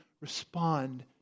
respond